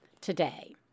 today